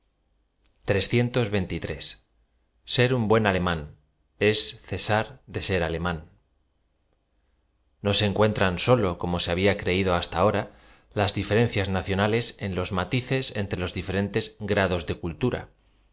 ser un huen alemán e cesar de ser alemán no se encuentran solo como ae había creído hasta ahora las diferencias aacionales en loa matices entre ios diferentes grados de cultura